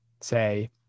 say